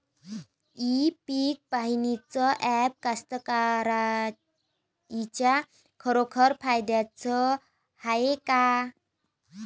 इ पीक पहानीचं ॲप कास्तकाराइच्या खरोखर फायद्याचं हाये का?